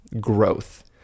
growth